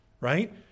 right